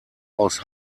aus